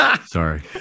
Sorry